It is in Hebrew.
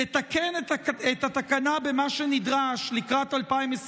לתקן את התקנה במה שנדרש לקראת 2024?